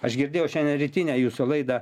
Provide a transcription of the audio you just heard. aš girdėjau šiandien rytinę jūsų laidą